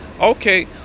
Okay